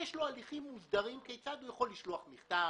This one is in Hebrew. יש לו הליכים מוסדרים כיצד הוא יכול לשלוח מכתב,